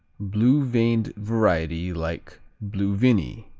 blue-veined variety like blue vinny.